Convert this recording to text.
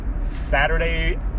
Saturday